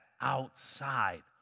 outside